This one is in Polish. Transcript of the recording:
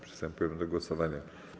Przystępujemy do głosowania.